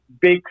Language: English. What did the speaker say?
big